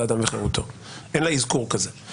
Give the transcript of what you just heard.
שלא יעלה בדעתכם שיכולתי להעביר את החוקים